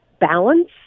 balance